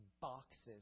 boxes